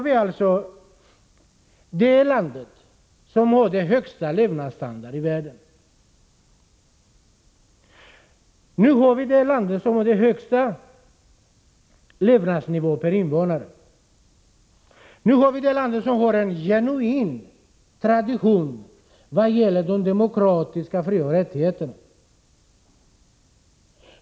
Vi har det land som har den högsta levnadsstandarden i världen. Vi har det land som har den högsta levnadsnivån per invånare. Vi har det land som har en genuin tradition i vad gäller de demokratiska frioch rättigheterna.